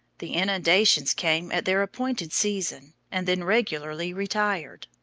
the inundations came at their appointed season, and then regularly retired.